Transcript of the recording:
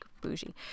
bougie